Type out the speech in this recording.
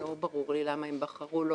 לא ברור לי למה הם בחרו לא